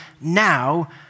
now